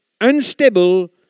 unstable